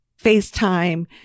FaceTime